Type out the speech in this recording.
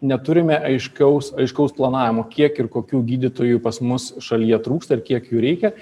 neturime aiškaus aiškaus planavimo kiek ir kokių gydytojų pas mus šalyje trūksta ir kiek jų reikia